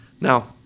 Now